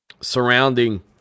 surrounding